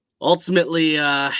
ultimately